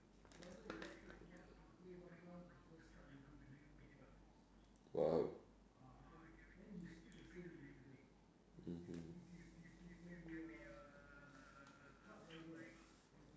!wow! mmhmm